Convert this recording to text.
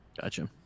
gotcha